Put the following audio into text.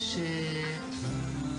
אוקיי.